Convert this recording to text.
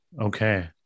Okay